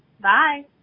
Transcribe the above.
Bye